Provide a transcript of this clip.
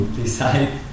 decide